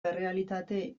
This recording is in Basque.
errealitate